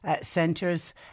Centres